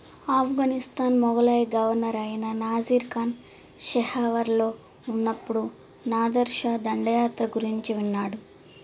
ఆఫ్ఘనిస్తాన్ మొఘలయ్ గవర్నర్ అయిన నాసిర్ ఖాన్ షెహావర్లో ఉన్నప్పుడు నాదర్ షా దండయాత్ర గురించి విన్నాడు